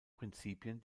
prinzipien